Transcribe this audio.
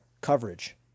Coverage